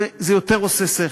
זה יותר הגיוני.